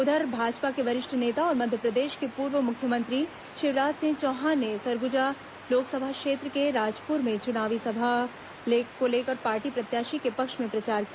उधर भाजपा के वरिष्ठ नेता और मध्यप्रदेश के पूर्व मुख्यमंत्री शिवराज सिंह चौहान ने सरगुजा लोकसभा क्षेत्र के राजपुर में चुनावी सभा लेकर पार्टी प्रत्याशी के पक्ष में प्रचार किया